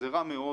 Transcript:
זה רע מאוד.